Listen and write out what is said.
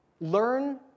Learn